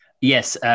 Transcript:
Yes